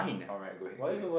alright go ahead go ahead